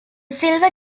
silver